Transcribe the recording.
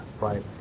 right